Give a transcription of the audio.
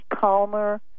calmer